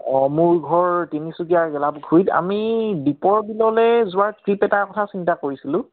অঁ মোৰ ঘৰ তিনিচুকীয়াৰ গেলাপুখুৰীত আমি দীপৰ বিললৈ যোৱাৰ ট্ৰিপ এটাৰ কথা চিন্তা কৰিছিলোঁ